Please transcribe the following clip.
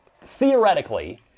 theoretically